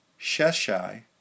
Sheshai